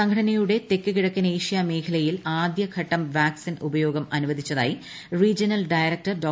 സംഘട്ടന്ന്യുടെ തെക്ക് കിഴക്കൻ ഏഷ്യാ മേഖലയിൽ ആദ്യഘട്ടക്ക് ്വുക്സിൻ ഉപയോഗം അനുവദിച്ചതായി റീജിയണൽ ഡയറക്ടർ ഡോ